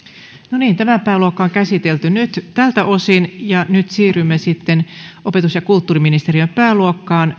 no niin tämä pääluokka on käsitelty nyt tältä osin nyt siirrymme sitten opetus ja kulttuuriministeriön pääluokkaan